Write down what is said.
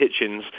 Hitchens